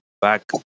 back